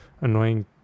Annoying